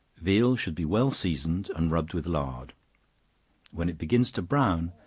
veal should be well seasoned, and rubbed with lard when it begins to brown,